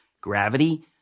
gravity